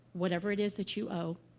whatever it is that you owe.